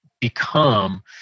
become